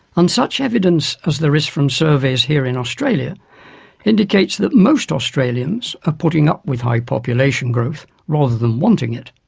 and such evidence as there is from surveys here in australia indicates that most australians are putting up with high population growth rather than wanting it.